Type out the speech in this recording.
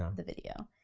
um the video,